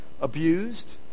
abused